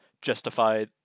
justify